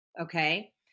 okay